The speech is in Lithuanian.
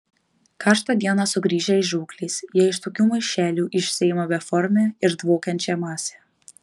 karštą dieną sugrįžę iš žūklės jie iš tokių maišelių išsiima beformę ir dvokiančią masę